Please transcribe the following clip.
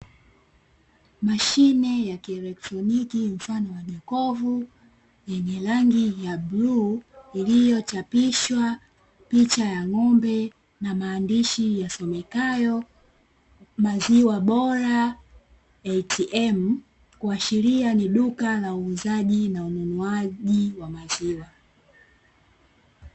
Mashine ya kieletroniki mfano wa jokofu, yenye rangi ya bluu iliyochapishwa picha ya ng'ombe na maandishi yasomekayo "Maziwa Bora ATM", kuashiria ni duka la uuzaji na ununuaji wa maziwa.